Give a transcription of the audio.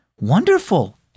Wonderful